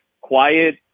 quiet